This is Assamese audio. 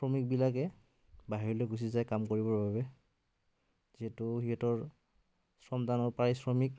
শ্ৰমিকবিলাকে বাহিৰলৈ গুচি যায় কাম কৰিবৰ বাবে যিহেতু সিহঁতৰ শ্ৰমদানৰ প্ৰায় শ্ৰমিক